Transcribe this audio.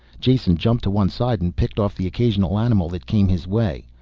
jason jumped one side and picked off the occasional animal that came his way.